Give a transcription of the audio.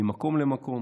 ממקום למקום,